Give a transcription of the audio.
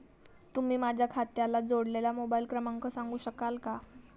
तुम्ही माझ्या खात्याला जोडलेला मोबाइल क्रमांक सांगू शकाल का?